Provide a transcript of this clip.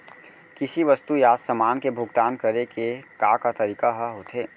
किसी वस्तु या समान के भुगतान करे के का का तरीका ह होथे?